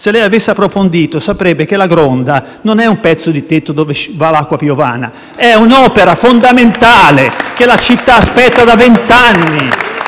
Se lei avesse approfondito saprebbe che la Gronda non è un pezzo di tetto dove va l'acqua piovana, è un'opera fondamentale che la città aspetta da vent'anni.